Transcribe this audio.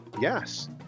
Yes